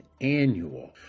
annual